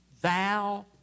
thou